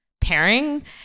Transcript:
pairing